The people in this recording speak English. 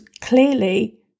clearly